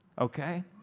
okay